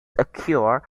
occurred